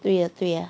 对呀对呀